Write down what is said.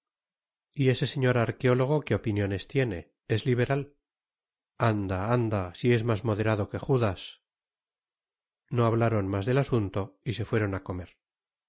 y ese señor arqueólogo qué opiniones tiene es liberal anda anda si es más moderado que judas no hablaron más del asunto y se fueron a comer